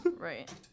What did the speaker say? Right